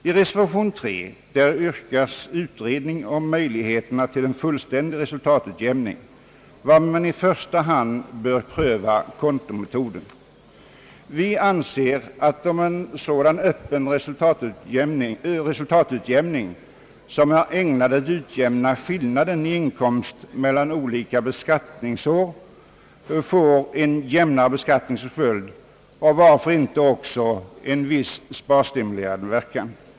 I reservation nr 3 yrkas på utredning av möjligheterna till en fullständig resultatutjämning, varvid man i första hand bör pröva kontometoden. Vi anser att en sådan öppen resultatutjämning, som är ägnad att utjämna skillnaden i inkomst mellan olika beskattningsår, får en jämnare beskattning som följd och, varför inte, också en viss sparstimulerande verkan.